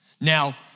Now